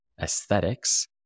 aesthetics